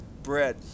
bread